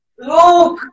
Look